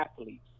athletes